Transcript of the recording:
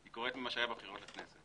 היא קוראת ממה שהיה בבחירות לכנסת.